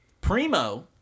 Primo